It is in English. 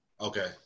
Okay